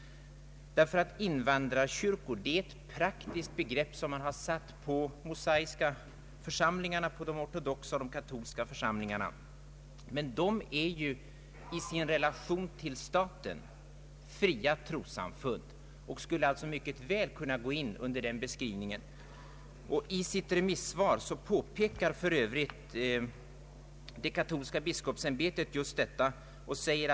”Invandrarkyrkor” är ett praktiskt begrepp som man använder när det gäller de mosaiska, katolska och ortodoxa församlingarna, men de är ju i relation till staten fria trossamfund och skulle alltså mycket väl kunna gå in under den här beskrivningen. Katolska biskopsämbetet påpekar för övrigt just detta i sitt remisssvar.